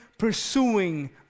pursuing